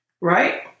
right